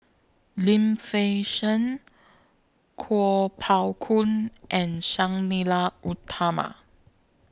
Lim Fei Shen Kuo Pao Kun and Sang Nila Utama